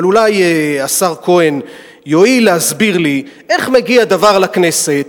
אבל אולי השר כהן יואיל להסביר לי איך מגיע דבר לכנסת,